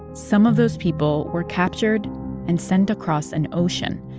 some of those people were captured and sent across an ocean,